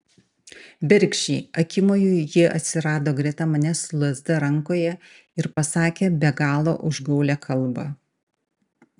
bergždžiai akimoju ji atsirado greta manęs su lazda rankoje ir pasakė be galo užgaulią kalbą